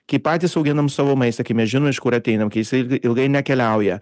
kai patys auginam savo maistą kai mes žinom iš kur ateinam kai jisai ilgai nekeliauja